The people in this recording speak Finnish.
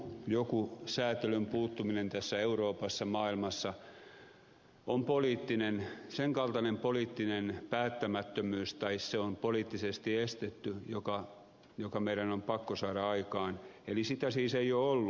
joku säätelyn puuttuminen tässä euroopassa maailmassa on sen kaltainen poliittinen päättämättömyys tai se on poliittisesti estetty joka meidän on pakko saada aikaan eli sitä siis ei ole ollut